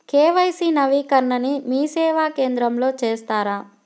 KYC నవీకరణని మీసేవా కేంద్రం లో చేస్తారా?